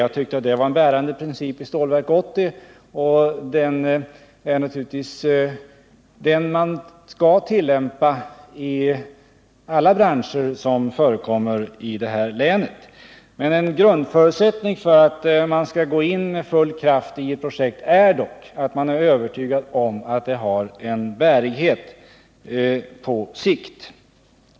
Jag tycker det var en bärande princip i Stålverk 80, och den skall man naturligtvis tillämpa i alla branscher som förekommer i detta län. Men en grundförutsättning för att gå in med full kraft iett projekt är dock att man är övertygad om att det har en bärighet på sikt.